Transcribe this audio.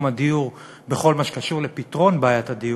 הדיור בכל מה שקשור לפתרון בעיית הדיור,